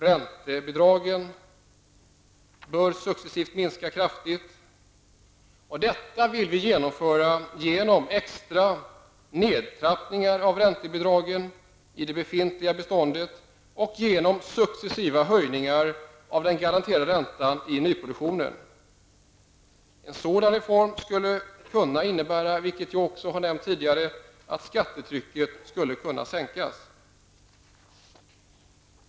Räntebidragen bör successivt minska kraftigt. Detta vill vi åstadkomma genom extra nedtrappningar av räntebidragen i det befintliga bostadsbeståndet och genom successiva höjningar av den garanterade räntan i nyproduktionen. En sådan reform skulle kunna innebära, vilket jag har nämnt tidigare, att skattetrycket kan sänkas.